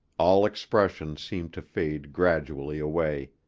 all expression seemed to fade gradually away.